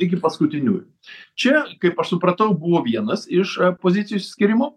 iki paskutiniųjų čia kaip aš supratau buvo vienas iš pozicijų išsiskyrimų